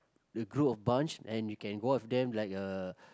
the group of bunch and you can watch them like a